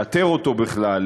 לאתר אותו בכלל,